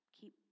keep